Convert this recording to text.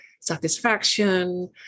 satisfaction